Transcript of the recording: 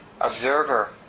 observer